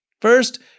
First